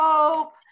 Hope